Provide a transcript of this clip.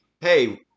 hey